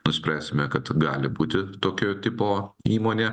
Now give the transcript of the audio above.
nuspręsime kad gali būti tokio tipo įmonė